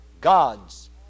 God's